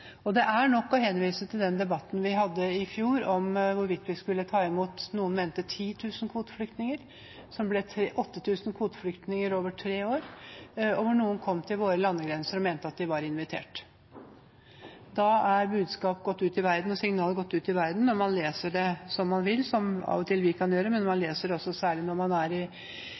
Det er nok å henvise til den debatten vi hadde i fjor om hvorvidt vi skulle ta imot 10 000 kvoteflyktninger, som noen mente, som ble til 8 000 kvoteflyktninger over tre år, og da noen kom til våre landegrenser og mente at de var invitert. Da er budskapet og signalet gått ut i verden, og man leser det som man vil – som av og til vi kan gjøre. Man leser det også slik, særlig når man er i